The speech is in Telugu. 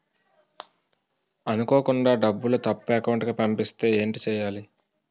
అనుకోకుండా డబ్బులు తప్పు అకౌంట్ కి పంపిస్తే ఏంటి చెయ్యాలి?